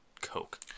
Coke